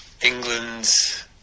England's